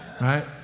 right